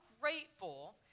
grateful